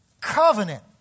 covenant